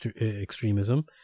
extremism